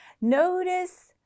Notice